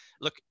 look